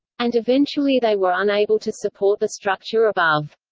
and eventually they were unable to support the structure above.